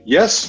Yes